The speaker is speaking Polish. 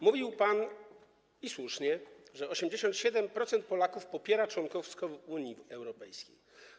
Mówił pan, i słusznie, że 87% Polaków popiera członkostwo w Unii Europejskiej.